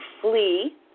flee